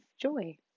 joy